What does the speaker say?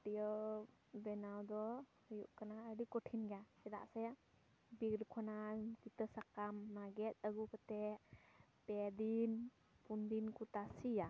ᱯᱟᱹᱴᱭᱟᱹᱣ ᱵᱮᱱᱟᱣ ᱫᱚ ᱦᱩᱭᱩᱜ ᱠᱟᱱᱟ ᱟᱹᱰᱤ ᱠᱚᱴᱷᱤᱱ ᱜᱮᱭᱟ ᱪᱮᱫᱟᱜ ᱥᱮ ᱵᱤᱨ ᱠᱷᱚᱱᱟᱜ ᱠᱤᱛᱟᱹ ᱥᱟᱠᱟᱢ ᱜᱮᱫ ᱟᱹᱫᱜᱩ ᱠᱟᱛᱮ ᱯᱮ ᱫᱤᱱ ᱯᱩᱱ ᱫᱤᱱ ᱠᱚ ᱛᱟᱥᱮᱭᱟ